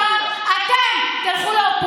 האם ש"ס הייתה מסכימה שחבר הכנסת